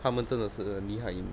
他们真的是很厉害 in